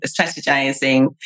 strategizing